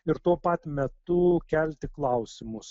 ir tuo pat metu kelti klausimus